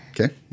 Okay